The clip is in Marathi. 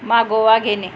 मागोवा घेणे